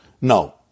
No